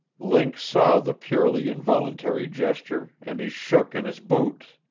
link saw the purely involuntary gesture, and he shook in his boots.